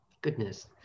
Goodness